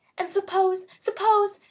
and suppose suppose,